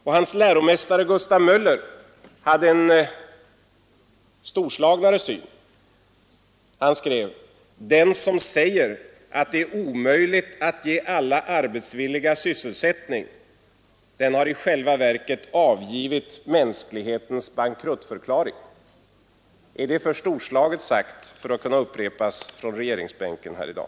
Och hans läromästare Gustav Möller hade en ännu storslagnare syn: ”——— den som säger att det är omöjligt att ge alla arbetsvilliga sysselsättning ———, den har i själva verket avgivit mänsklighetens bankruttförklaring”. Är det för storslaget sagt för att kunna upprepas från regeringsbänken i dag?